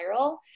viral